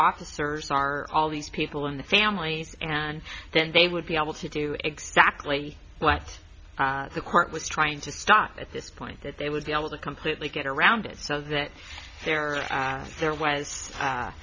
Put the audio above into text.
officers are all these people in the family and then they would be able to do exactly what the court was trying to stop at this point that they would be able to completely get around it so that there was that there was